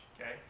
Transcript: okay